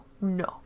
no